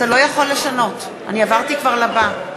אתה לא יכול לשנות, אני עברתי כבר לבא.